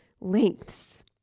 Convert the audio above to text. lengths